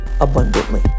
abundantly